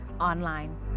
Online